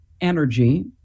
energy